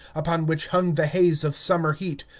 upon which hung the haze of summer heat,